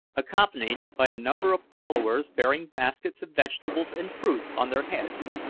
accompanied by a number of followers bearing baskets of vegetables and fruits on their heads.